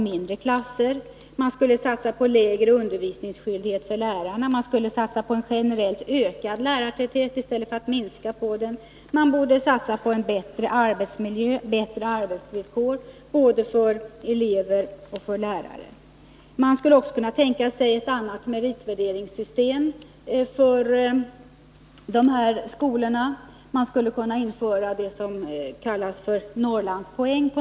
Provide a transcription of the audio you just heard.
Man skulle satsa på lägre undervisningsskyldighet för lärare och på generellt ökad lärartäthet i stället för att minska på den, och man borde satsa på en bättre arbetsmiljö och bättre arbetsvillkor för både elever och lärare. Jag skulle också kunna tänka mig ett annat meritvärderingssystem för de här skolorna. Man skulle kunna införa vad som kallas Norrlandspoäng.